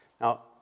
Now